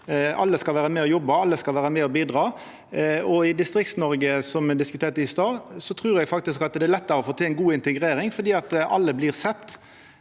alle skal vera med og jobba, alle skal vera med og bidra. I Distrikts-Noreg, som me diskuterte i stad, trur eg faktisk at det er lettare å få til ei god integrering, fordi alle blir sett.